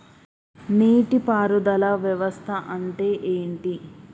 నీటి పారుదల వ్యవస్థ అంటే ఏంటి?